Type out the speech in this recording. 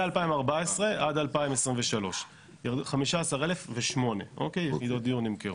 מ-2014 עד 2023. 15,008 יחידות דיור נמכרו.